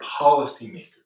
policymakers